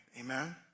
Amen